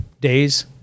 days